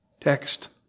text